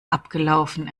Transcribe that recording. abgelaufen